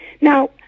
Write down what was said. Now